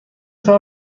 تان